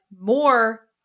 more